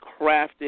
crafted